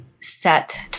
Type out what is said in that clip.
set